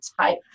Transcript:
type